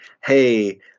hey